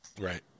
Right